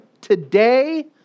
today